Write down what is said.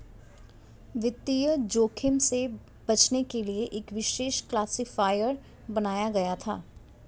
वित्तीय जोखिम से बचने के लिए एक विशेष क्लासिफ़ायर बनाया गया था